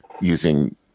using